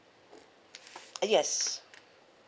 yes